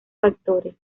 factores